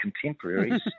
contemporaries